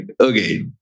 okay